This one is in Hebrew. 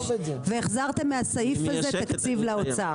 אתם החזרתם תקציב לאוצר מהסעיף הזה.